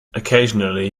occasionally